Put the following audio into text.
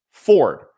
Ford